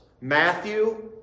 Matthew